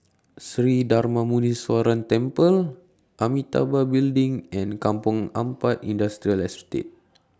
Sri Darma Muneeswaran Temple Amitabha Building and Kampong Ampat Industrial Estate